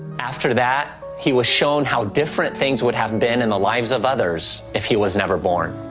after that, he was shown how different things would have and been in the lives of others if he was never born.